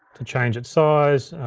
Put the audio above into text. to change its size.